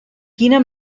quina